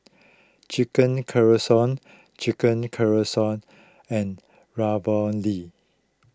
Chicken Casserole Chicken Casserole and Ravioli